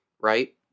right